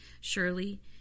Surely